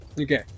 Okay